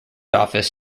office